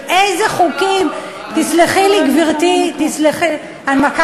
ואיזה חוקים, באנו לעבוד, מה לעשות.